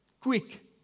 Quick